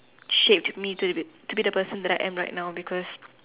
shaped to be the person that I am right now because